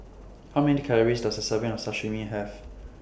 How Many Calories Does A Serving of Sashimi Have